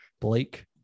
blake